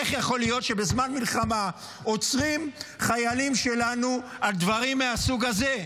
איך יכול להיות שבזמן מלחמה עוצרים חיילים שלנו על דברים מהסוג הזה?